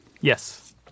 Yes